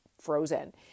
frozen